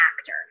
actor